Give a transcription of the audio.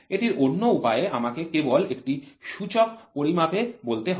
এটির অন্য উপায়ে আমাকে কেবল একটি সূচক পরিমাপে বলতে হবে